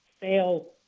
fail